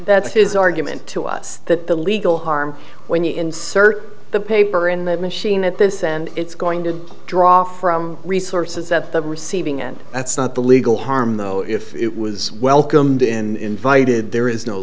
that's his argument to us that the legal harm when you insert the paper in the machine at this and it's going to draw from resources at the receiving end that's not the legal harm though if it was welcomed in vite it there is no